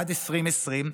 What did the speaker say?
עד 2020,